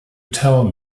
tell